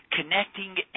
connecting